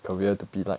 career to be like